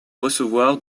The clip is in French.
recevoir